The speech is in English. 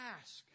Ask